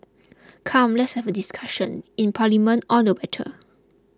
come let's have a discussion in Parliament all the better